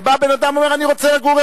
ובא בן-אדם ואומר: אני רוצה לגור.